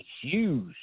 huge